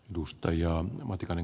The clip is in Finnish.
hyvä me